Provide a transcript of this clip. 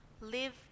live